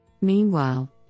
Meanwhile